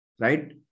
Right